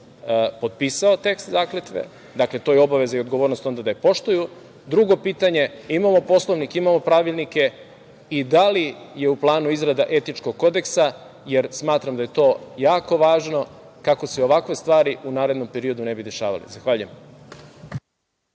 potpisao tekst zakletve? Dakle, to je obaveza i odgovornost onda da je poštuju. Drugo pitanje, imamo Poslovnik, imamo pravilnike i da li je u planu izrada etičkog kodeksa, jer smatram da je to jako važno, kako se ovakve stvari u narednom periodu ne bi dešavale. Zahvaljujem.